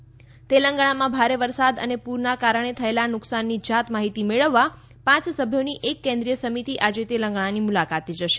ત તેલગંણામાં ભારે વરસાદ અને પુરના કારણે થયેલા નુકસાનની જાત માહિતી મેળવવા પાંચ સભ્યોની એક કેન્રીેલસ્ત્રમિતિ આજે તેલગંણાની મુલાકાતે જશે